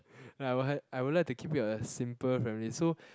like I will h~ I will like to keep it a simple family so